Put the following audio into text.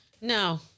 No